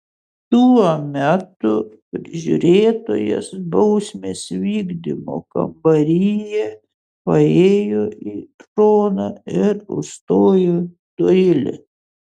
tuo metu prižiūrėtojas bausmės vykdymo kambaryje paėjo į šoną ir užstojo doilį